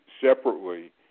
separately